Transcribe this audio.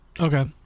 okay